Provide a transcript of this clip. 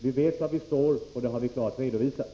Vi vet var vi står, och det har vi klart redovisat.